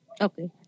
Okay